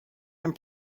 and